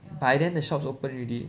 by then the shops open already